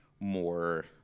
more